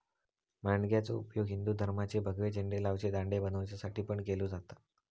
माणग्याचो उपयोग हिंदू धर्माचे भगवे झेंडे लावचे दांडे बनवच्यासाठी पण केलो जाता